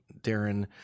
Darren